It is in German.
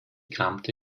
kramte